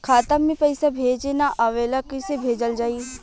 खाता में पईसा भेजे ना आवेला कईसे भेजल जाई?